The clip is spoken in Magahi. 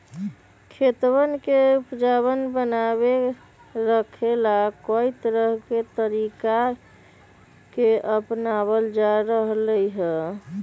खेतवन के उपजाऊपन बनाए रखे ला, कई तरह के तरीका के अपनावल जा रहले है